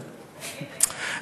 תגיד, תגיד.